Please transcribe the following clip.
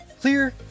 Clear